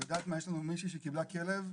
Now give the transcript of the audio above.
יש לנו מישהי שקיבלה כלב,